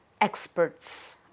experts